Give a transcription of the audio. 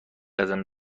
قدم